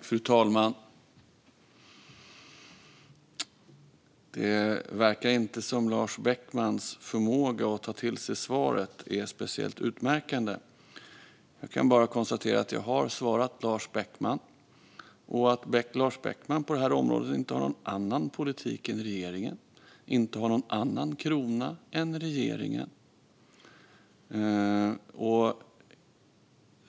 Fru talman! Det verkar inte som att Lars Beckmans förmåga att ta till sig svaret är speciellt utmärkande. Jag kan bara konstatera att jag har svarat Lars Beckman och att Lars Beckman på detta område inte har en annan politik eller krona än regeringen.